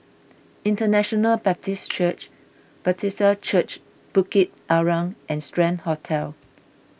International Baptist Church Bethesda Church Bukit Arang and Strand Hotel